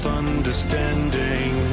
understanding